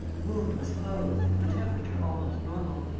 the wound was closed, the temperature almost normal.